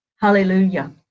Hallelujah